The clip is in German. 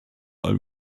allem